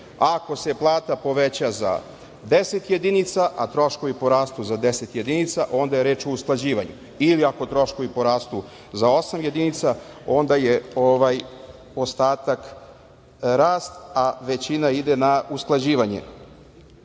ako se plata poveća za deset jedinaca, a troškovi porastu za deset jedinica onda je reč o usklađivanju ili ako troškovi porastu za osam jedinica onda je ostatak rast, a većina ide na usklađivanje. Dalje,